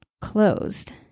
closed